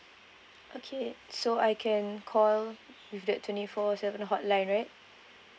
okay so I can call with that twenty four seven hotline right